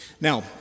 now